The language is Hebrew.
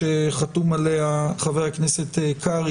שחתום עליה חבר הכנסת קרעי,